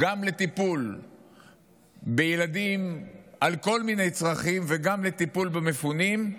גם לטיפול בילדים עם כל מיני צרכים וגם לטיפול במפונים.